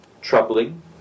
troubling